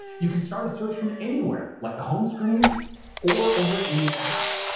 you can start a search from anywhere, like the home screen or over any app.